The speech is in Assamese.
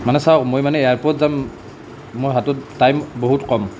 মানে চাওক মই মানে এয়াৰপোৰ্ট যাম মোৰ হাতত টাইম বহুত ক'ম